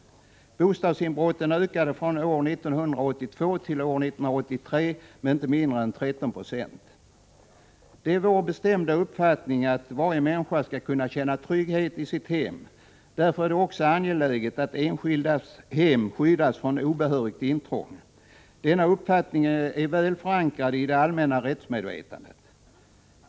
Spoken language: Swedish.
Bostadsinbrotten ökade från år 1982 till 1983 med inte mindre än 13 9. Det är vår bestämda uppfattning att varje människa skall kunna känna trygghet i sitt hem. Därför är det angeläget att enskildas hem skyddas från obehörigt intrång. Denna uppfattning är väl förankrad i det allmänna rättsmedvetandet.